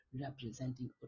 representing